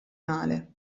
male